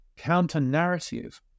counter-narrative